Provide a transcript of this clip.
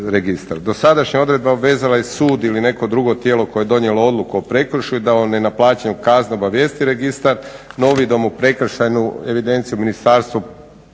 Dosadašnja odredba vezala je sud ili neko drugo tijelo koje je donijelo odluku o prekršaju da o nenaplaćenoj kazni obavijesti registar no uvidom u prekršajnu evidenciju u Ministarstvu